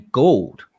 gold